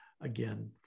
again